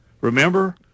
Remember